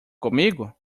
comigo